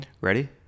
Ready